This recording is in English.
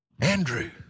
Andrew